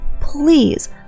Please